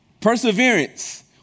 perseverance